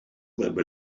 lab